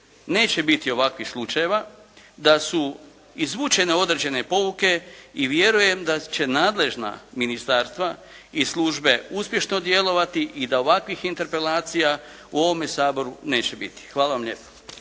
neće biti ovakvih slučajeva, da su izvučene određene pouke i vjerujem da će nadležna ministarstva i službe uspješno djelovati i da ovakvih interpelacija u ovome Saboru neće biti. Hvala vam lijepa.